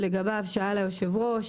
שלגביו שאל היושב-ראש